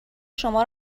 شما